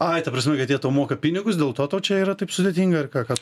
ai ta prasme kad jie tau moka pinigus dėl to tau čia yra taip sudėtinga ar ką ką